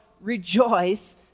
Rejoice